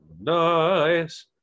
Nice